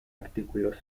artículos